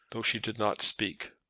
though she did not speak.